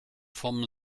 vom